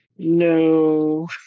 no